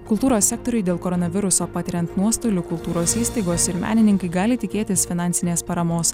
kultūros sektoriui dėl koronaviruso patiriant nuostolių kultūros įstaigos ir menininkai gali tikėtis finansinės paramos